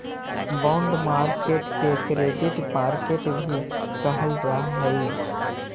bond market के credit market भी कहल जा हइ